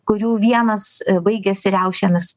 kurių vienas baigiasi riaušėmis